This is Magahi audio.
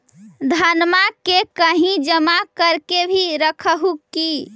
धनमा के कहिं जमा कर के भी रख हू की?